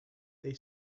they